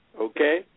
Okay